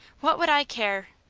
what would i care?